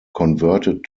converted